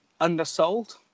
undersold